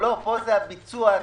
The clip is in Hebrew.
פה זה הביצוע.